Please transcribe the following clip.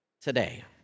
today